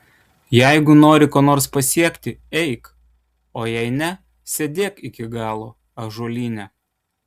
jeigu nori ko nors pasiekti eik o jei ne sėdėk iki galo ąžuolyne